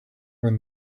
when